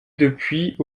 depuis